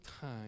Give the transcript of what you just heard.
time